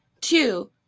two